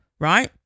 Right